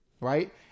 right